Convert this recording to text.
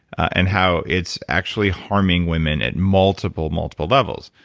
and how it's actually harming women at multiple, multiple levels.